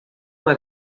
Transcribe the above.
uma